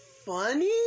Funny